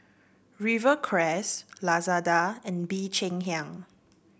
Rivercrest Lazada and Bee Cheng Hiang